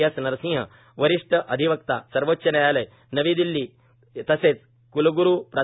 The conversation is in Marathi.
एस नरसिंह वरिष्ठ अधिवक्ता सर्वोच्च न्यायालय नवी दिल्ली य तसेच क्लग्रू प्रा